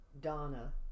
Donna